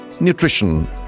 nutrition